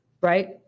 right